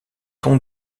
tons